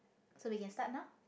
so we can start now